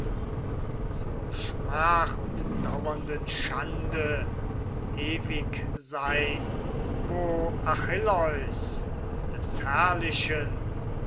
zur schmach und daurenden schande ewig sein wo achilleus des herrlichen